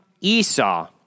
Esau